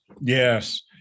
Yes